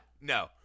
No